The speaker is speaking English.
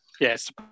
Yes